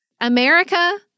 America